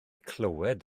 clywed